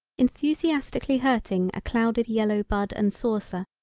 enthusiastically hurting a clouded yellow bud and saucer,